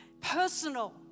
personal